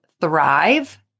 thrive